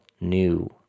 new